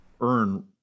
earn